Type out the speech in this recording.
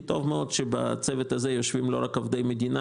טוב מאוד שבצוות הזה יושבים לא רק עובדי מדינה,